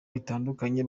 bitandukanye